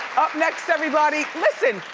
up next everybody. listen,